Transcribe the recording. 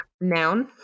Noun